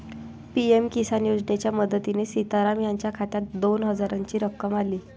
PM Kisan योजनेच्या मदतीने सीताराम यांच्या खात्यात दोन हजारांची रक्कम आली